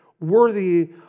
Worthy